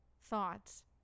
thoughts